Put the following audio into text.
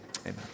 amen